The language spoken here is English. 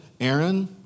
Aaron